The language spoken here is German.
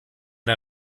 der